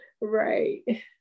Right